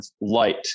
light